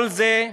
כל זה,